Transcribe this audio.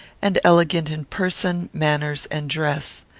and elegant in person, manners, and dress.